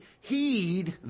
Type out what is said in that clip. heed